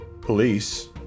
Police